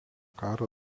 karo